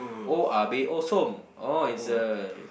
oya-beh-ya-som orh it's the